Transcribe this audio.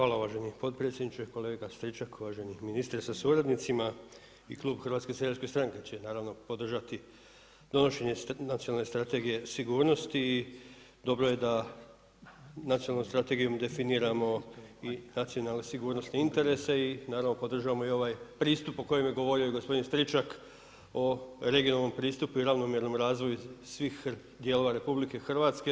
Hvala uvaženi potpredsjedniče, kolega Stričak, uvaženi ministre sa suradnicima i klub Hrvatske seljačke stranke će naravno podržati donošenje Nacionalne strategije sigurnosti i dobro je da nacionalnom strategijom definiramo i nacionalne sigurnosne interese i naravno podržavamo i ovaj pristup o kojem je govorio i gospodin Stričak o regionalnom pristupu i ravnomjernom razvoju svih dijelova RH.